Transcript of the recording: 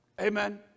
Amen